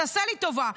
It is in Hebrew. תעשה לי טובה.